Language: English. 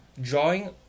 drawing